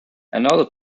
another